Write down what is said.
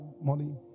money